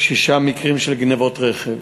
ושישה מקרים של גנבות רכב.